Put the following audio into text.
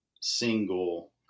single